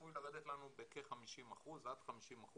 צפוי לרדת לנו בכ-50% ועד 50%,